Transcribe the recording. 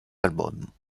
albums